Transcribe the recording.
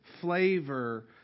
flavor